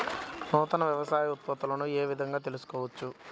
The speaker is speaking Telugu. నూతన వ్యవసాయ ఉత్పత్తులను ఏ విధంగా తెలుసుకోవచ్చు?